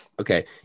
Okay